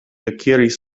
akiris